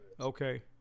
Okay